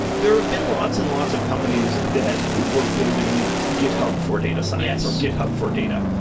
there have been lots and lots of companies that were building github for data science, or github for data.